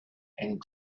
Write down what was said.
and